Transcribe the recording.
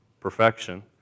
perfection